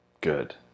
good